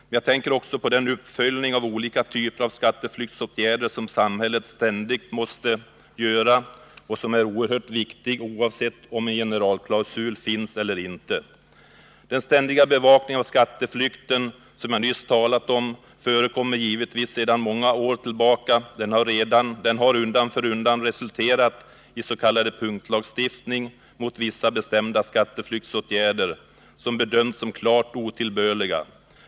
Men jag tänker också på den uppföljning av olika typer av skatteflyktsåtgärder som samhället ständigt måste göra och som är oerhört viktig oavsett om en generalklausul finns eller inte. Den ständiga bevakning av skatteflykten som jag nyss talade om förekommer givetvis sedan många år tillbaka. Den har undan för undan resulterat i s.k. punktlagstiftning mot vissa bestämda skatteflyktsåtgärder, som bedömts som klart otillbörliga.